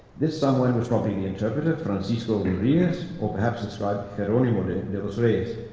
this someone was probably the interpreter, francisco rodriguez, or perhaps the scribe, geronimo de los reyes.